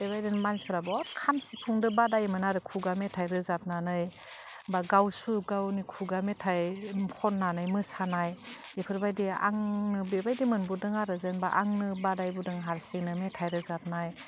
बेबायदिनो मानसिफ्रा बहत खाम सिफुंदो बादायोमोन आरो खुगा मेथाइ रोजाबनानै बा गावसु गावनि खुगा मेथाइ खननानै मोसानाय बिफोरबायदि आंनो बेबायदि मोनबोदों आरो जेनबा आंनो बादायबोदों हारसिंनो मेथाइ रोजाबनाय